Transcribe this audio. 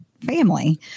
family